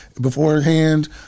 beforehand